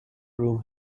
room